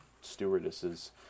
stewardesses